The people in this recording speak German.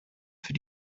für